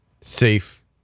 safe